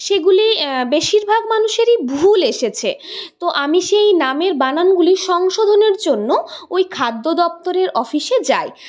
সেগুলি বেশিরভাগ মানুষেরই ভুল এসেছে তো আমি সেই নামের বানানগুলি সংশোধনের জন্য ওই খাদ্য দপ্তরের অফিসে যাই